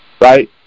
right